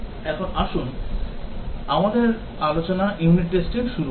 এখন আসুন আমাদের আলোচনা unit testing শুরু করি